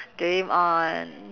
dream on